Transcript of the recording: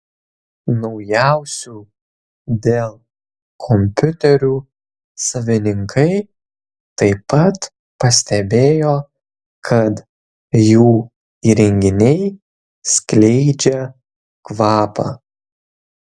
naujausių dell kompiuterių savininkai taip pat pastebėjo kad jų įrenginiai skleidžia kvapą